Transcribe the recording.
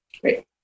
Great